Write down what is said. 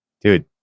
Dude